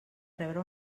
rebre